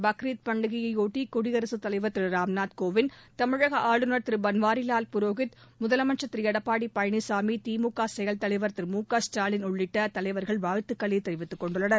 பன்ரீத் பண்டிகையை ஒட்டி குடியரசு தலைவர் திரு ராம்நாத் கோவிந்த் தமிழக ஆளுநர் திரு பள்வாரிலால் புரோஹித் முதலமைச்சர் திரு எடப்பாடி பழனிசாமி திமுக செயல் தலைவர் திரு மு க ஸ்டாலின் உள்ளிட்ட தலைவர்கள் வாழ்த்துக்களை தெரிவித்துக் கொண்டுள்ளனர்